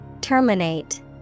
Terminate